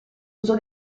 uso